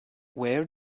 where